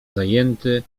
zajęty